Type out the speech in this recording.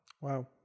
wow